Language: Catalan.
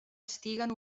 estiguen